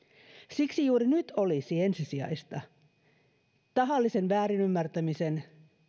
siksi juuri nyt olisi ensisijaista tahallisen väärinymmärtämisen